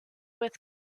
with